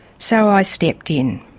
so i stepped in.